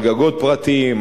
על גגות פרטיים,